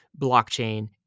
blockchain